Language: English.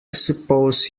suppose